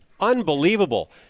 unbelievable